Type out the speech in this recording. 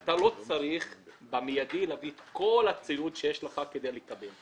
אתה לא צריך במידי להביא את כל הציוד שלך כדי לקבל.